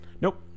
Nope